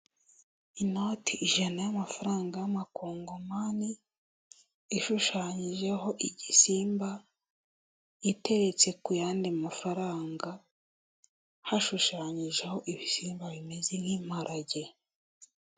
Inoti ijana y'amafaranga y'amakongomani ishushanyijeho igisimba iteretse ku yandi mafaranga, hashushanyijeho ibisimba bimeze nk'imparage.